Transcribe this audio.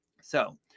So-